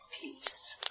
peace